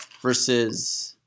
versus